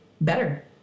better